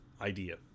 idea